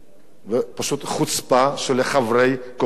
ופשוט חוצפה של חברי הקואליציה,